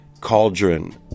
cauldron